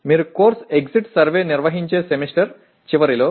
మీరు course exit survey నిర్వహించే semester చివరిలో